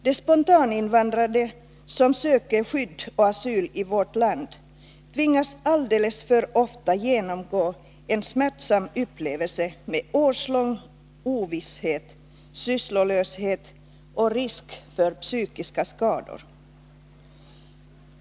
De spontaninvandrande som söker skydd och asyl i vårt land tvingas alldeles för ofta genomgå en smärtsam upplevelse med årslång ovisshet, sysslolöshet och risk för psykiska skador.